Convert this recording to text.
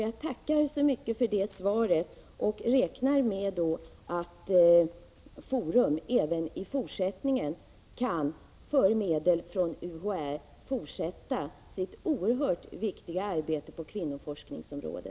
Jag räknar med att Forum även i framtiden, för medel från UHÄ, kan fortsätta sitt oerhört viktiga arbete på kvinnoforskningens område.